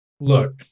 Look